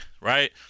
right